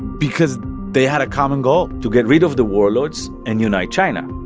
because they had a common goal to get rid of the warlords and unite china.